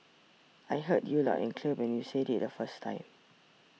I heard you loud and clear when you said it the first time